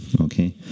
okay